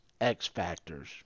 X-Factors